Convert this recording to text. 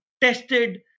tested